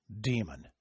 Demon